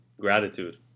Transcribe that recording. Gratitude